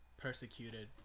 persecuted